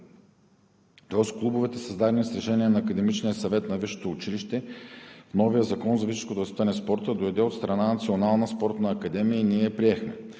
тоест клубовете, създадени с решение на Академичния съвет на висшето училище, в новия Закон за физическото възпитание и спорта дойде от страна на Националната спортна академия и ние я приехме.